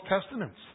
testaments